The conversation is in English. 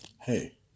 Hey